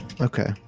Okay